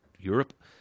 Europe